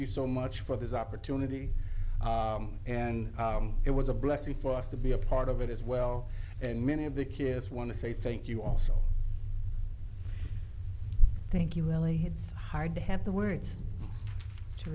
you so much for this opportunity and it was a blessing for us to be a part of it as well and many of the kids want to say thank you all so thank you really it's hard to have the words to